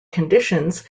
conditions